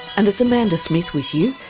and it's amanda smith with you,